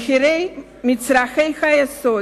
ומחירי מצרכי היסוד,